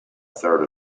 third